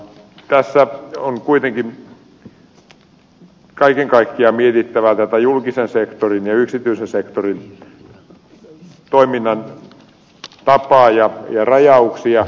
tässä on kuitenkin kaiken kaikkiaan mietittävä tätä julkisen sektorin ja yksityisen sektorin toiminnan tapaa ja rajauksia